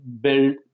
build